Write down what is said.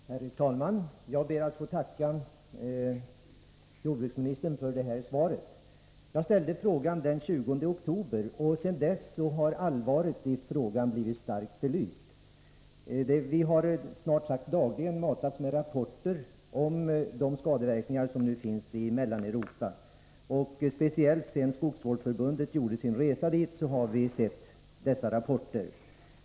Herr talman! Jag ber att få tacka jordbruksministern för svaret. Jag ställde frågan den 20 oktober. Sedan dess har allvaret i frågan blivit starkt belyst. Vi har snart sagt dagligen matats med rapporter om skadeverkningarna i Mellaneuropa. Speciellt sedan representanter för Sveriges skogsvårdsförbund gjorde sin resa till Mellaneuropa har vi kunnat ta del av dessa rapporter.